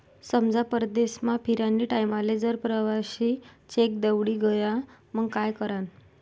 समजा परदेसमा फिरानी टाईमले जर प्रवासी चेक दवडी गया मंग काय करानं?